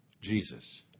Jesus